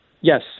Yes